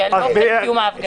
חיוניים לאופן קיום ההפגנה.